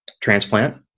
transplant